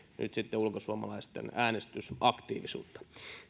nyt sitten ulkosuomalaisten äänestysaktiivisuutta